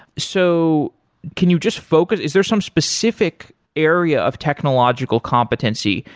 so can you just focus? is there some specific area of technological competency?